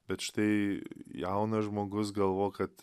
bet štai jaunas žmogus galvo kad